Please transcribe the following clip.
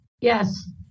Yes